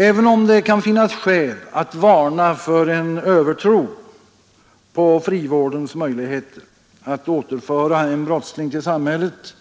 Även om det kan finnas skäl att varna för en övertro på frivårdens möjligheter att återföra en brottsling till samhället